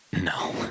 No